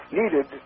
needed